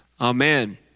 Amen